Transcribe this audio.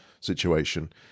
situation